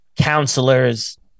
counselors